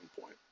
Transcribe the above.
point